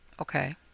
okay